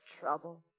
trouble